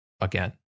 again